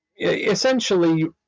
essentially